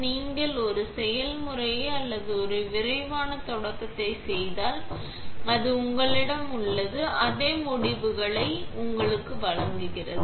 நீங்கள் ஒரு செய்முறையை அல்லது ஒரு விரைவான தொடக்கத்தைச் செய்தால் அது உங்களிடம் உள்ளது அதே முடிவுகளை உங்களுக்கு வழங்குகிறது